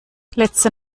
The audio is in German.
letzte